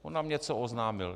On nám něco oznámil.